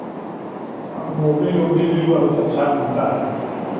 Mobil ओबिल भी बहुत अच्छा मिलता है